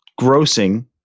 grossing